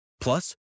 Plus